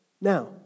Now